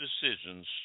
decisions